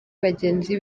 bagenzi